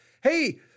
hey